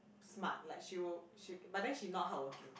smart like she will she'll but then she know hardworking